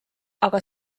aga